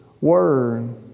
word